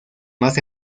más